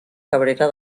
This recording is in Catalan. cabrera